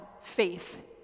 faith